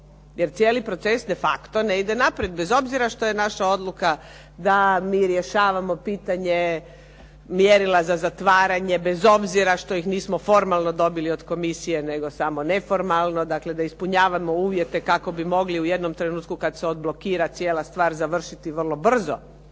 Jer cijeli proces de facto ne ide naprijed, bez obzira što je naša odluka da mi rješavamo pitanje mjerila za zatvaranje, bez obzira što ih nismo formalno dobili od komisije, nego samo neformalno, dakle da ispunjavamo uvjete kako bi mogli u jednom trenutku kad se odblokira cijela stvar završiti vrlo brzo.